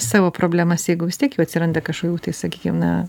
savo problemas jeigu vis tiek jų atsiranda kašokių tai sakykim na